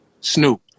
Snoop